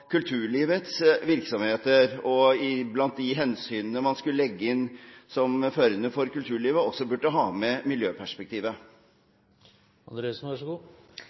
kulturlivets virksomheter, blant de hensynene man skal legge inn som førende for kulturlivet, burde ha med